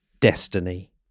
destiny